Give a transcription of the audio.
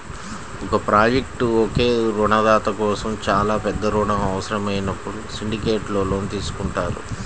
ఒక ప్రాజెక్ట్కు ఒకే రుణదాత కోసం చాలా పెద్ద రుణం అవసరమైనప్పుడు సిండికేట్ లోన్ తీసుకుంటారు